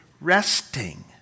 resting